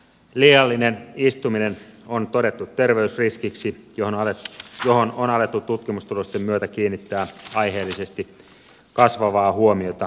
liiallinen istuminen on todettu terveysriskiksi johon on alettu tutkimustulosten myötä kiinnittää aiheellisesti kasvavaa huomiota